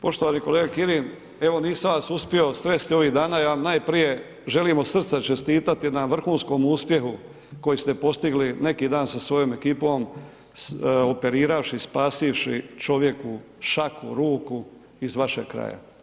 Poštovani kolega Kirin, evo nisam vas uspio sresti ovih dana, ja vam najprije želim od srca čestitati na vrhunskom uspjehu koji ste postigli neki dan sa svojoj ekipom operiravši, spasivši čovjeku šaku, ruku iz vašeg kraja.